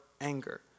anger